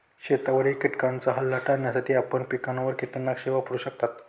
शेतावरील किटकांचा हल्ला टाळण्यासाठी आपण पिकांवर कीटकनाशके वापरू शकता